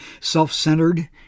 self-centered